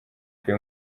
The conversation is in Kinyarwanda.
pee